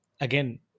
again